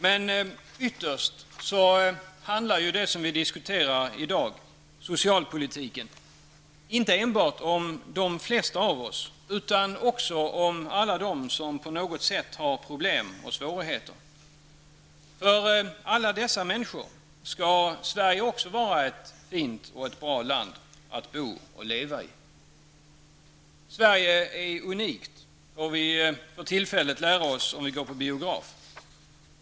Men ytterst handlar det som vi diskuterar i dag -- socialpolitiken -- inte enbart om ''de flesta av oss'' utan också om alla dem som på något sätt har problem och svårigheter. För alla dessa människor skall Sverige också vara ett fint och bra land att bo och leva i. Att Sverige är unikt får vi för tillfället lära oss om vi går på biograf.